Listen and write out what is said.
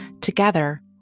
Together